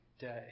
day